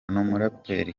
n’umuraperi